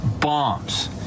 bombs